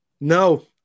No